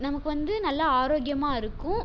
நமக்கு வந்து நல்ல ஆரோக்கியமாக இருக்கும்